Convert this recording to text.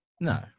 No